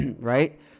Right